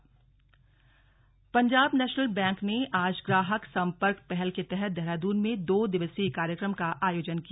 PNB कार्यक्रम Punjab National Bank ने आज ग्राहक संपर्क पहल के तहत देहरादून में दो दिवसीय कार्यक्रम का आयोजन किया